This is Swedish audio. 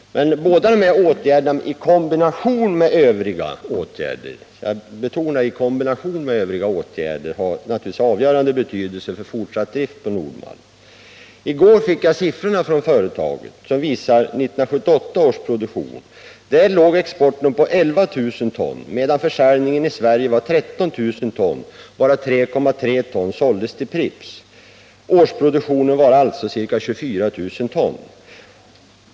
Båda dessa åtgärder, i kombination med övriga åtgärder — jag betonar detta — har naturligtvis avgörande betydelse för fortsatt drift på Nord-Malt. I går fick jag siffrorna för företagets produktion 1978. Exporten låg på 11 000 ton, medan försäljningen i Sverige var 13 000 ton, varav 3 300 ton såldes till Pripps. Årsproduktionen var alltså ca 24000 ton.